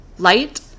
light